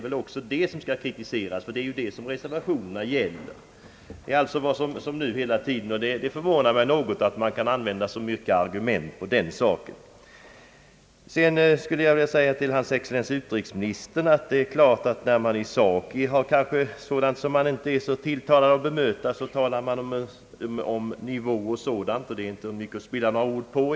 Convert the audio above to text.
Det är detta som reservationerna gäller, och jag förvånar mig över att man kan använda så många argument i sin kritik på de punkterna. Sedan skulle jag vilja säga till hans excellens utrikesministern, att när man i sak inte är så tilltalad av att bemöta vad som yttrats talar man om debattens nivå och sådant. Det är inte mycket att spilla ord på.